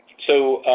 so,